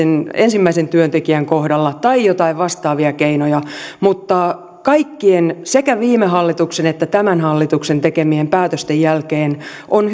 ensimmäisen työntekijän kohdalla tai joitain vastaavia keinoja mutta kaikkien sekä viime hallituksen että tämän hallituksen tekemien päätösten jälkeen on